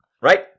right